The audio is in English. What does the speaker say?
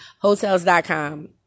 Hotels.com